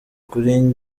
kuri